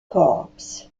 corps